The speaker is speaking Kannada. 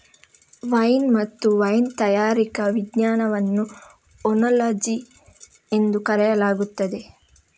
ವೈನ್ ಮತ್ತು ವೈನ್ ತಯಾರಿಕೆಯ ವಿಜ್ಞಾನವನ್ನು ಓನಾಲಜಿ ಎಂದು ಕರೆಯಲಾಗುತ್ತದೆ